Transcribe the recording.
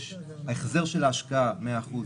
ההחזר של ההשקעה 100%,